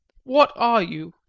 what are you?